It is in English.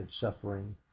suffering